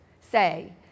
say